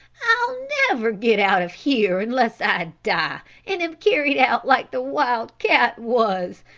i'll never get out of here unless i die and am carried out like the wild cat was,